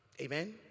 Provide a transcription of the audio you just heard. Amen